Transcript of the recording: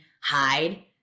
hide